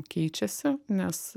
keičiasi nes